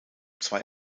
zwei